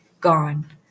gone